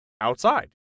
outside